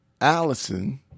Allison